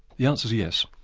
the answer is yes.